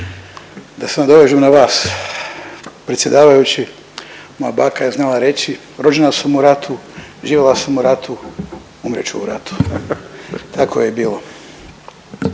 Da se nadovežem na vas, predsjedavajući, moja baka je znala reći, rođena sam u ratu, živjela sam u ratu, umrijet ću u ratu. Tako je i bilo.